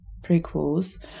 prequels